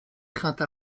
crainte